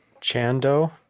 Chando